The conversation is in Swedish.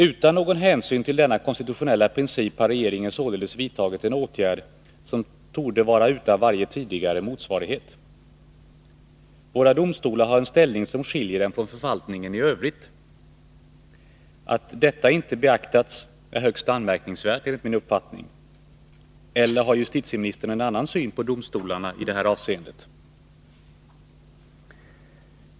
Utan någon hänsyn till denna konstitutionella princip har regeringen således vidtagit en åtgärd som torde vara utan varje tidigare motsvarighet. Våra domstolar har en ställning som skiljer dem från förvaltningen i övrigt. Att detta inte beaktats är enligt min uppfattning högst anmärkningsvärd, eller har justititeministern en annan syn på domstolarna i detta avseende?